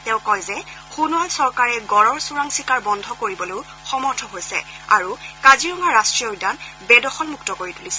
তেওঁ কয় যে সোণোৱাল চৰকাৰে গঁড়ৰ চোৰাং চিকাৰ বন্ধ কৰিবলৈও সমৰ্থ হৈছে আৰু কাজিৰঙা ৰষ্ট্ৰীয় উদ্যান বেদখলমুক্ত কৰি তুলিছে